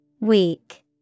Weak